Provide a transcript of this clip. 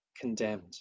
condemned